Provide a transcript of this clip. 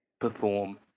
perform